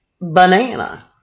Banana